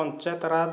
Panchayat Raj